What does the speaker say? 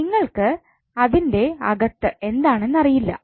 നിങ്ങൾക്ക് അതിന്റെ അകത്ത് എന്താണെന്ന് അറിയില്ല